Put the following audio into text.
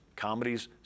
comedies